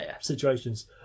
situations